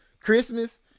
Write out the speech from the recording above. Christmas